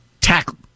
tackle